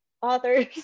authors